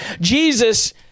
Jesus